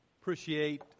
Appreciate